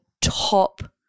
top